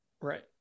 right